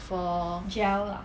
for